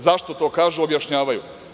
Zašto to kažu, objašnjavaju.